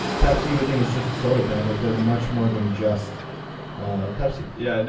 pepsi, you would think it's just a soda brand, but they're much more than just pepsi. yeah.